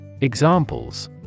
Examples